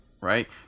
right